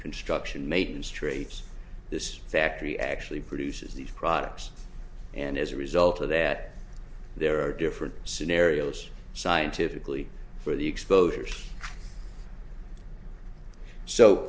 construction made history this factory actually produces these products and as a result of that there are different scenarios scientifically for the exposures so